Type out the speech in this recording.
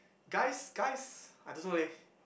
guys guys I don't know leh